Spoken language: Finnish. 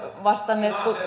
vastanneet